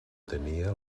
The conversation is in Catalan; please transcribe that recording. tenia